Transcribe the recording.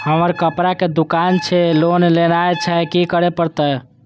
हमर कपड़ा के दुकान छे लोन लेनाय छै की करे परतै?